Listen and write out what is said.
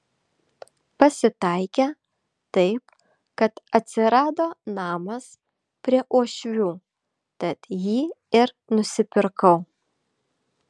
pasitaikė taip kad atsirado namas prie uošvių tad jį ir nusipirkau